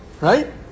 Right